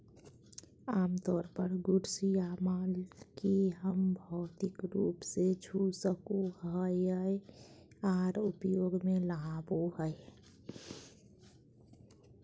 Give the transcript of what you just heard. आमतौर पर गुड्स या माल के हम भौतिक रूप से छू सको हियै आर उपयोग मे लाबो हय